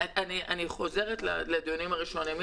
אני חוזרת לדיונים הראשונים.